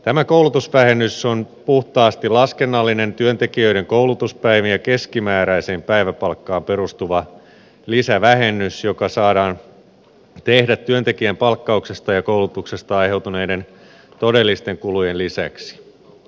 tämä koulutusvähennys on puhtaasti laskennallinen työntekijöiden koulutuspäivien keskimääräiseen päiväpalkkaan perustuva lisävähennys joka saadaan tehdä työntekijän palkkauksesta ja koulutuksesta aiheutuneiden todellisten kulujen lisäksi